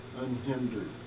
unhindered